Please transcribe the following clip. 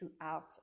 throughout